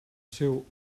seu